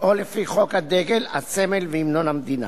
או לפי חוק הדגל, הסמל והמנון המדינה.